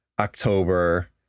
October